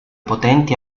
potenti